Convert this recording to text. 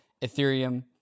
Ethereum